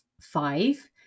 five